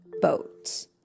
boat